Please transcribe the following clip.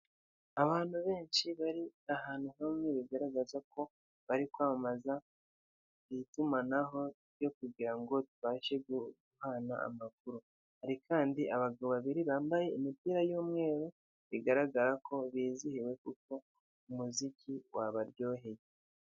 Abantu benshi bari ahantu hamwe bigaragaza ko bari kwamamaza tumanaho ryo kugirango tubashe guhana amakuru, hari kandi abagabo babiri bambaye imipira y'umweru bigaragara ko bizihiwe kuko umuziki wabaryoheye.